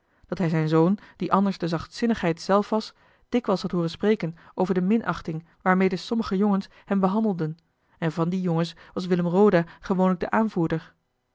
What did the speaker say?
dat hij zijn zoon die anders de zachtzinnigheid zelf was dikwijls had hooren spreken over de minachting waarmede sommige jongens hem behandelden en van die jongens was willem roda gewoonlijk de aanvoerder